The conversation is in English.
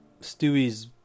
Stewie's